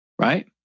Right